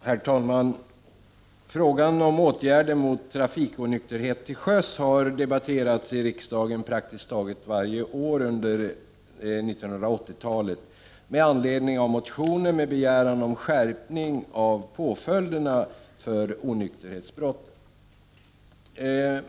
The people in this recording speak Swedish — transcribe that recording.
Herr talman! Frågan om åtgärder mot trafikonykterhet till sjöss har debatterats i riksdagen praktiskt taget varje år under 1980-talet med anledning av motioner med begäran om skärpning av påföljderna för onykterhetsbrott.